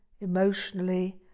emotionally